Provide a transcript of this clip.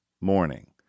morning